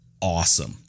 awesome